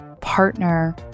partner